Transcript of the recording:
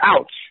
Ouch